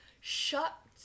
Shut